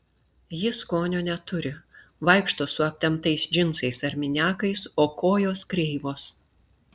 ji skonio neturi vaikšto su aptemptais džinsais ar miniakais o kojos kreivos